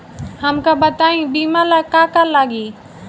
हमका बताई बीमा ला का का लागी?